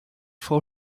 frau